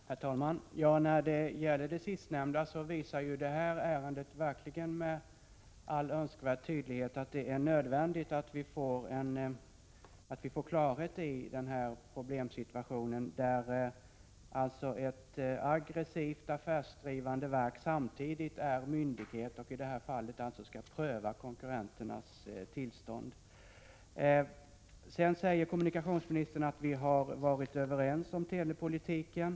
Herr talman! När det gäller det sistnämnda visar verkligen det här ärendet med all önskvärd tydlighet att det är nödvändigt att vi får klarhet i den problematiska situation som det innebär att ett verk som är aggressivt affärsdrivande samtidigt fungerar som myndighet och i den egenskapen skall, som i det här fallet, pröva konkurrenternas ansökningar om tillstånd. Kommunikationsministern säger att vi varit överens om telepolitiken.